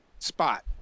spot